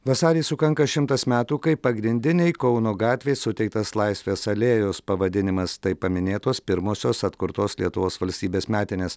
vasarį sukanka šimtas metų kai pagrindinei kauno gatvei suteiktas laisvės alėjos pavadinimas taip paminėtos pirmosios atkurtos lietuvos valstybės metinės